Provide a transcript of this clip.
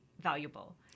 valuable